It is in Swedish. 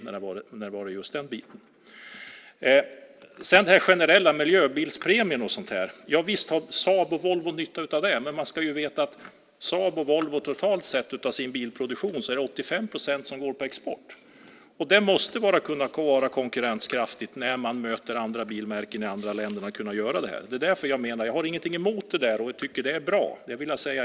Visst har Saab och Volvo nytta av den generella miljöbilspremien, men man ska veta att av Saabs och Volvos totala bilproduktion är det 85 procent som går på export. Det måste vara konkurrenskraftigt när man möter andra bilmärken i andra länder för att kunna göra det här. Jag har ingenting emot det där utan tycker att det är bra.